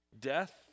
Death